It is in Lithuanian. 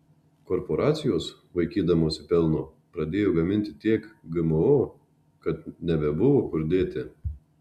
korporacijos vaikydamosi pelno pradėjo gaminti tiek gmo kad nebebuvo kur dėti